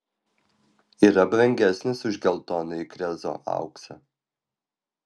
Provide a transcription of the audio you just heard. yra brangesnis už geltonąjį krezo auksą